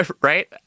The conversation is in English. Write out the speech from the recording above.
Right